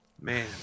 Man